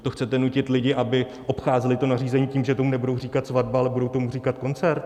To chcete nutit lidi, aby obcházeli to nařízení tím, že tomu nebudou říkat svatba, ale budou tomu říkat koncert?